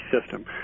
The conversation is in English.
system